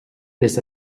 this